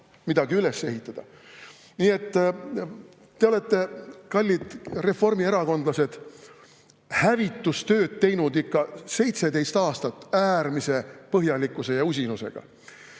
midagi üles ehitada. Nii et te olete, kallid reformierakondlased, hävitustööd teinud 17 aastat äärmise põhjalikkuse ja usinusega.